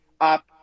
up